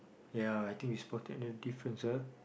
ya I think we spotted the difference ah